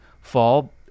fall